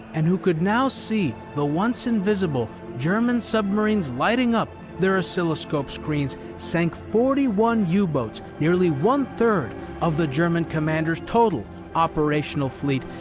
and who could now see the once-invisible german submarines lighting up their oscilloscope screens, sank forty one yeah u-boats, nearly one-third of the german commander's total operational fleet,